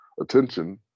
attention